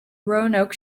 roanoke